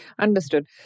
Understood